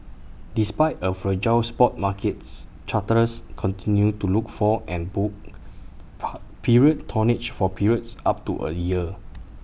despite A fragile spot markets charterers continued to look for and book period tonnage for periods up to A year